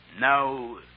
Now